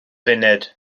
funud